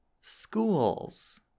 schools